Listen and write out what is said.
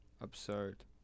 absurd